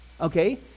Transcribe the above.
Okay